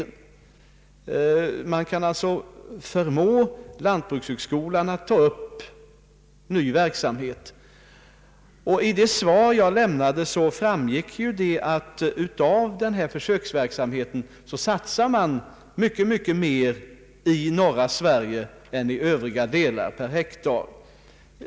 Därigenom kan de alltså förmå lantbrukshögskolorna att ta upp nya former av verksamhet. att på denna försöksverksamhet satsar man mycket mer per hektar i norra Sverige än i övriga delar av landet.